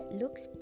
looks